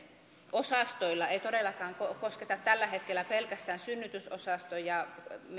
osastoilla ei todellakaan kosketa tällä hetkellä pelkästään synnytysosastoja